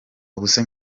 ubuse